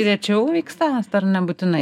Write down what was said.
rečiau vyksta asta ar nebūtinai